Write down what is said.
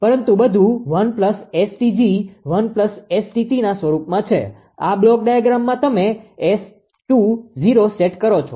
પરંતુ બધું 1 𝑆𝑇𝑔 1 𝑆𝑇𝑡ના સ્વરૂપમાં છે આ બ્લોક ડાયાગ્રામમાં તમે સેટ કરો છો